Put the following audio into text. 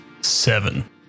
seven